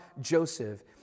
Joseph